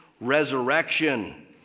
resurrection